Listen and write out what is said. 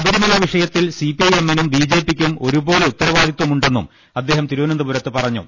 ശബരിമല വിഷയത്തിൽ സിപിഐഎമ്മിനും ബി ജെ പിക്കും ഒരുപോലെ ഉത്തരവാദിത്വമുണ്ടെന്നും അദ്ദേഹം തിരു വനന്തപുരത്ത് പറഞ്ഞു